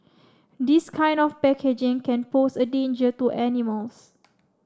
this kind of packaging can pose a danger to animals